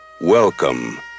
welcome